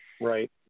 Right